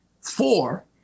four